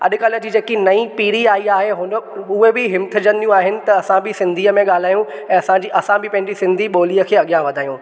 अॼुकल्ह जी जेकी नईं पीढ़ी आई आहे हुन उहे बि हिम्थजंदियूं आहिनि त असां बि सिन्धी में ॻाल्हायूं ऐं असांजी असां बि पंहिंजी सिन्धी ॿोलीअ खे अॻियां वधायूं